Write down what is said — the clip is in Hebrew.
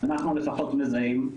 אנחנו לפחות מזהים,